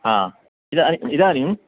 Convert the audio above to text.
हा इदान् इदानीम्